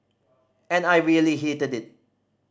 and I really hated it